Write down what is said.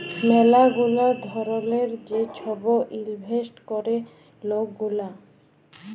ম্যালা গুলা ধরলের যে ছব ইলভেস্ট ক্যরে লক গুলা